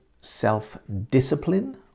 self-discipline